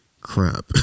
crap